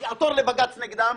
אדוני יעתור לבג"צ נגדם.